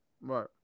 Right